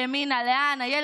לאן הידרדרתם בימינה, לאן?